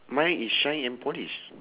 mine is shine and polish